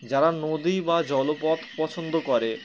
যারা নদী বা জলপথ পছন্দ করে